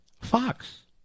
Fox